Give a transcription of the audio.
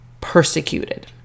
persecuted